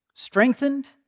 Strengthened